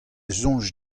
soñj